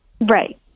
Right